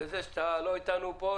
לזה שאתה לא איתנו פה,